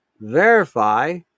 verify